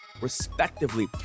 respectively